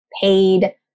paid